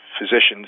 physician's